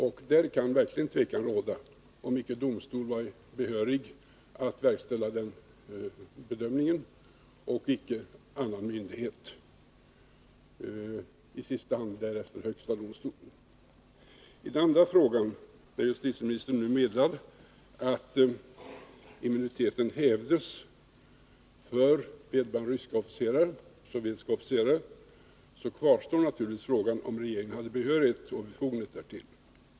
Här kan man verkligen fråga sig om inte en domstol hade varit behörig att göra den bedömningen, i sista hand då högsta domstolen. I den andra frågan, där justitieministern nu meddelar att immuniteten hävdes för vederbörande ryska officerare, kvarstår naturligtvis frågan om regeringen hade behörighet och befogenhet därtill.